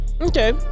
Okay